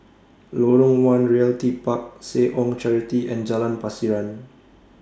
Lorong one Realty Park Seh Ong Charity and Jalan Pasiran